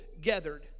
gathered